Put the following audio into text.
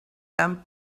them